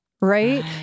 right